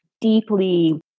deeply